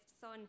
son